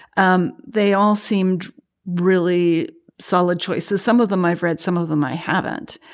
um they all seemed really solid choices. some of them i've read, some of them i haven't.